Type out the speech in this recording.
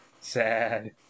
Sad